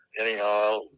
Anyhow